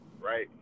right